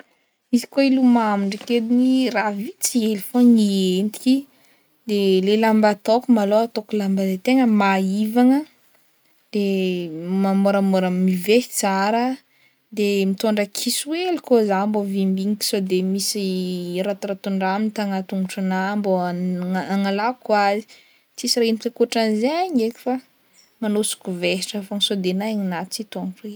Izy koa hilomagno ndraiky ediny, raha vitsy hely fogna i entiky, de le lamba ataoko malôha ataoko lamba tegna mahivagna, de mahamôramôra mivehy tsara de mitôndra kiso hely koa zaho sao de misy haratoratondraha mitagna tongotrognahy mbô hagnalako azy, tsisy raha entiky ankotranzegny eky fa magnosoka vesatra fogna sao de ny aignignahy tsy tompo e.